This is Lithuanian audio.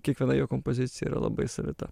kiekviena jo kompozicija yra labai savita